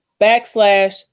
backslash